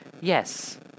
Yes